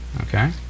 okay